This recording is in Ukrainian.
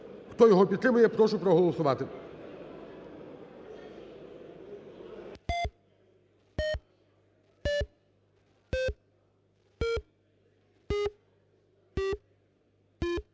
Хто його підтримує, прошу проголосувати.